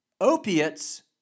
opiates